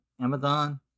Amazon